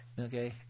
Okay